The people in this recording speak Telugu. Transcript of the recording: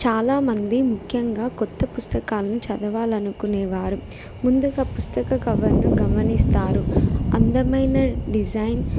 చాలామంది ముఖ్యంగా కొత్త పుస్తకాలను చదవాలనుకునేవారు ముందుగా పుస్తక కవర్ను గమనిస్తారు అందమైన డిజైన్